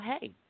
hey